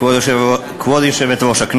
כבוד היושבת-ראש,